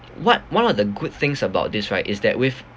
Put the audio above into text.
what one of the good things about this right is that with